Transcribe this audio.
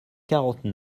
quarante